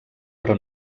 però